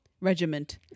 Regiment